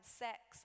sex